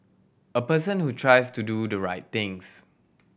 a person who tries to do the right things